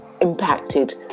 impacted